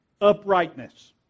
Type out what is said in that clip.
uprightness